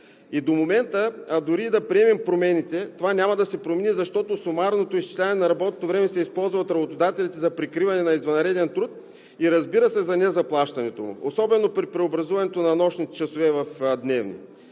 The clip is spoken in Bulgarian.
извънреден труд. Дори и да приемем промените, това няма да се промени, защото сумарното изчисляване на работното време се използва от работодателите за прикриване на извънреден труд и, разбира се, за незаплащането му, особено при преобразуването на нощните часове в дневни.